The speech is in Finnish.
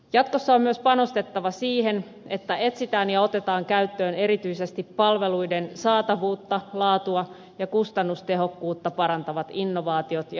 jatkossa on myös panostettava siihen että etsitään ja otetaan käyttöön erityisesti palvelujen saatavuutta laatua ja kustannustehokkuutta parantavat innovaatiot ja hyvät käytännöt